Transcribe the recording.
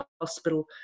hospital